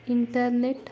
internet